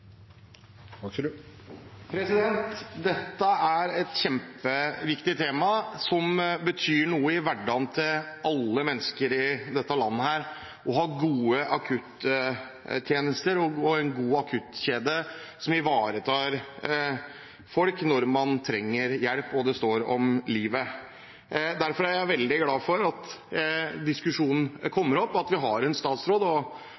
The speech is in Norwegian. verdifullt. Dette er et kjempeviktig tema, som betyr noe i hverdagen til alle mennesker i dette landet: å ha gode akuttjenester og en god akuttkjede som ivaretar folk når de trenger hjelp, og det står om livet. Derfor er jeg veldig glad for at diskusjonen har kommet opp, og